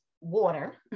water